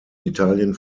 italien